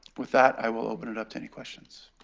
with that, i will open it up to any questions.